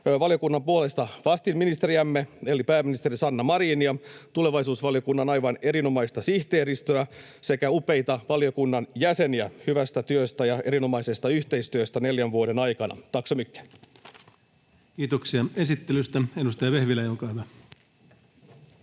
valiokunnan puolesta vastinministeriämme eli pääministeri Sanna Marinia, tulevaisuusvaliokunnan aivan erinomaista sihteeristöä sekä upeita valiokunnan jäseniä hyvästä työstä ja erinomaisesta yhteistyöstä neljän vuoden aikana. — Tack så mycket. Edustaja Strand, odottakaa